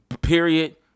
period